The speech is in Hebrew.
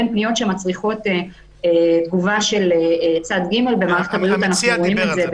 פניות שמצריכות תגובה של צד ג' -- המציע דיבר על זה.